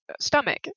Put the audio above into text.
stomach